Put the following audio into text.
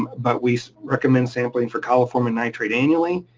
but we recommend sampling for coliform and nitrate annually,